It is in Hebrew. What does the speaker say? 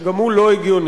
שגם הוא לא הגיוני,